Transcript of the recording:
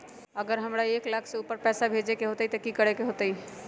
अगर हमरा एक लाख से ऊपर पैसा भेजे के होतई त की करेके होतय?